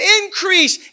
increase